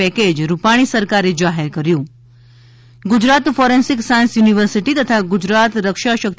package Rupani સરકારે જાહેર કર્યું ગુજરાત ફોરેન્સિક સાયન્સ યુનિવર્સિટી તથા ગુજરાત રક્ષા શક્તિ